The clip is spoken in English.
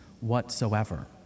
whatsoever